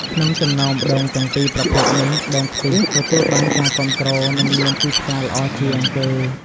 ក្នុងចំណោមដូងទាំងពីរប្រភេទនេះ ដូងខ្ទិះ ទទួលបានការគាំទ្រ និងមានទីផ្សារល្អជាងគេ។